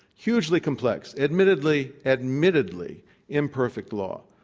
hugely complex, admittedly, admittedly imperfect law,